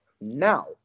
now